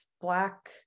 black